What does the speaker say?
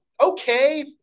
okay